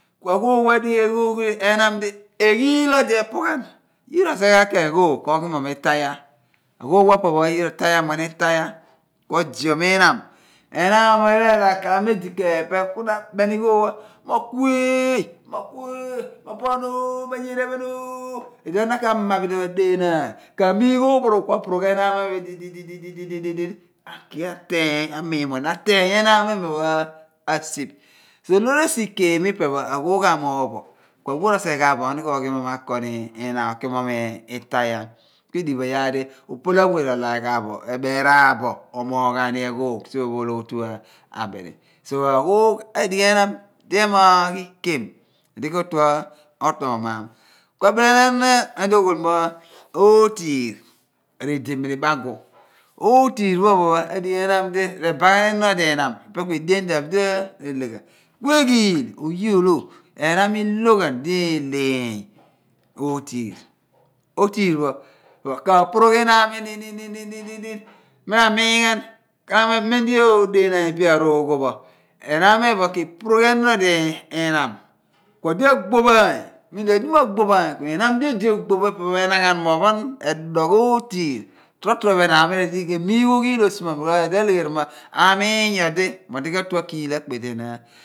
Aghoogh adighi enaam di eghiil odi epughan. Nyira ro sighe ghan keeni ghoogh koghi mom itaayah gboogh pho o/po pho yira ro kimoomghan itayaah ku o/zium inaam. Enaam mo ghalamo edikeepe ku na a ḇeni ghoogh pho mo kueẹẹh, kueẹẹh mo phoonooh manyeene eepheen. oooh kuiduon pho na ka ma bilduon pho kua ḏeenaan, ka miigh o phoorough enaam kno kua miin mo odi ateeny ni enaam mo e peh pho a siph loor esi ikem mo aghoogh amoogh bo kuedi a we rosighe ghaan bo ko ghimoom akoni enaam itaayha kuidigh bo kua we rowaghan ghaa boo omoogh ghaani aghoogh phoo pa ologhuabidi. Kuidighi ku a ghoogh odighi enaam di emoogh ikem di ko/otue otoọmaam. Enoon e/naam diogbool mo ootiir ri/ḏiminibagu. Ootiir pho o/pho pho adighi enaam di rebaghaan enorn enaam epe ku edien di ọ diraleghan. Kueeghiil, oye o/lo, enaam i loghan di eeleeny ootiir pho kaporoagh enaam mo i di di di di ooooh. Na ra miin ghan inaam mo meem di o dereghinaan e/pe a/roogho pho enaam mo ephen pho ke peeroogh i noon odor i naam, kuo di agboophaany. Ku roghoophaany, kuinaam di edi ohbopho opoh pho re na ghan mo o phon ootiir, tro tro bo enaam loor ke miigh ophiil o/suma loor esi di odi alegherini mo amiin nynodi, odi katue akiighil a/suma.